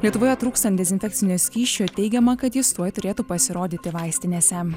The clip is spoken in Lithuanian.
lietuvoje trūkstan dezinfekcinio skysčio teigiama kad jis tuoj turėtų pasirodyti vaistinėse